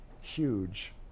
huge